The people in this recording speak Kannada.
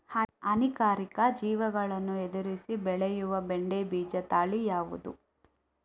ಹಾನಿಕಾರಕ ಜೀವಿಗಳನ್ನು ಎದುರಿಸಿ ಬೆಳೆಯುವ ಬೆಂಡೆ ಬೀಜ ತಳಿ ಯಾವ್ದು?